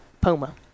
Puma